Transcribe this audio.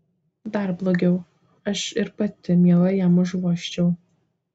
dar blogiau aš ir pati mielai jam užvožčiau